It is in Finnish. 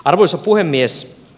arvoisa puhemies